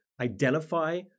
identify